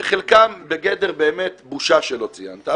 שחלקם בגדר באמת בושה שלא ציינת.